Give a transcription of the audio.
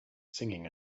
singing